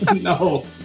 No